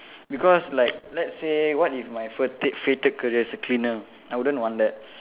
because like let's say what if my fated fated career is a cleaner I wouldn't want that